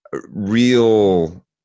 real